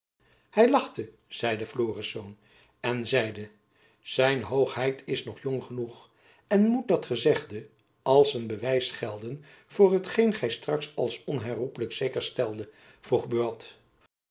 lachte zeide florisz en zeide zijn hoogheid is nog jong genoeg en moet dat gezegde als een bewijs gelden voor hetgeen gy straks als onherroepelijk zeker steldet vroeg buat